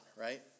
right